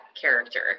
character